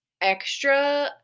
extra